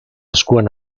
eskuan